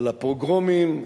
על הפוגרומים,